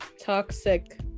Toxic